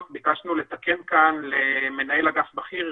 ביקשנו לתקן כאן למנהל אגף בכיר,